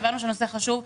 הבנו שהנושא חשוב.